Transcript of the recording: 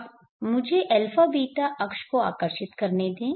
अब मुझे α β अक्ष को आकर्षित करने दें